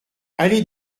allée